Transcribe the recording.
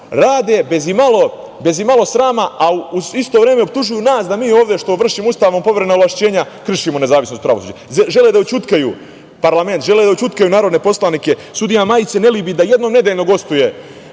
i to bez imalo srama, a u isto vreme optužuju nas da mi ovde što vršimo Ustavom poverena ovlašćenja kršimo nezavisnost pravosuđa. Žele da ućutkaju parlament, da ućutkaju narodne poslanike. Sudija Majić se ne libi da jednom nedeljno gostuje